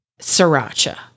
sriracha